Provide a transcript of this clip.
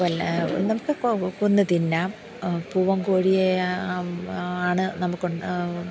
നമുക്ക് കൊന്നു തിന്നാം പൂവൻ കോഴിയെ ആണ് നമുക്ക്